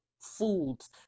foods